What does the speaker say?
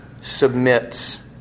submits